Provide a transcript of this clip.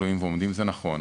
זה נכון,